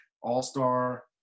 All-Star